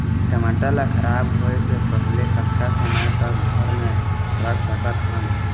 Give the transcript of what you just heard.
टमाटर ला खराब होय के पहले कतका समय तक घर मे रख सकत हन?